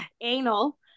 anal